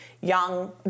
young